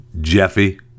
Jeffy